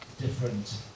different